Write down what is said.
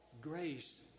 grace